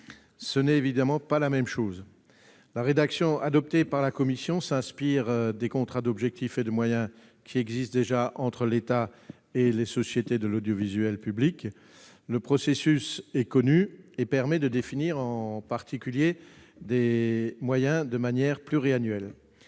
Ce n'est évidemment pas la même chose ! La rédaction adoptée par la commission s'inspire des contrats d'objectifs et de moyens existant entre l'État et les sociétés de l'audiovisuel public. Le processus est connu ; il permet en particulier de définir des moyens de manière pluriannuelle.